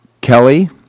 Kelly